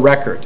record